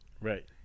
Right